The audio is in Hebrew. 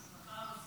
אדוני היושב-ראש,